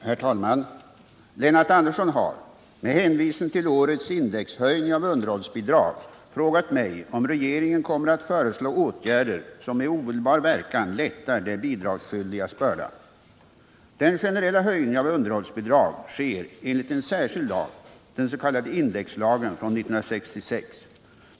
Herr talman! Lennart Andersson har, med hänvisning till årets index höjning av underhållsbidrag, frågat mig om regeringen kommer att föreslå åtgärder som med omedelbar verkan lättar de bidragsskyldigas börda. Den generella höjningen av underhållsbidrag sker enligt en särskild lag, dens.k. indexlagen från 1966.